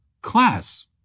class